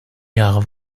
jahre